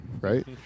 right